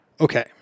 Okay